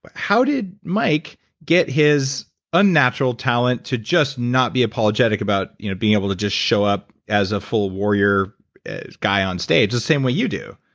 but how did mike get his unnatural talent to just not be apologetic about you know being able to just show up as a full warrior guy on stage the same way you do?